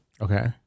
Okay